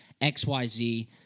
XYZ